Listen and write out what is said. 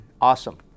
awesome